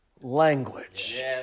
language